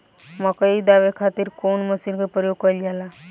मकई दावे खातीर कउन मसीन के प्रयोग कईल जाला?